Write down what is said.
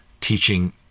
teaching